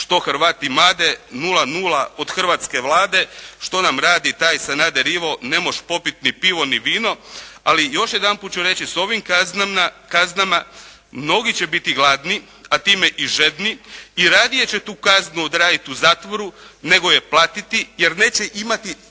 što Hrvat imade, 0,0 od hrvatske Vlade, što nam radi taj Sanader Ivo, ne moš' popit ni pivo ni vino". Ali još jedanput ću reći, s ovim kaznama mnogi će biti gladni, a time i žedni i radije će tu kaznu odraditi u zatvoru nego je platiti jer neće imati